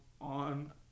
on